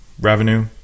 Revenue